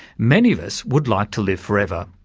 many of us would like to live forever,